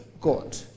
God